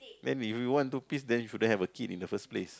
then if we want to peace then you shouldn't have a kid in the first place